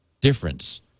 difference